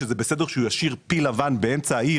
שזה בסדר שהוא ישאיר פיל לבן באמצע העיר,